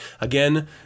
Again